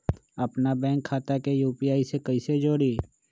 अपना बैंक खाता के यू.पी.आई से कईसे जोड़ी?